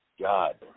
God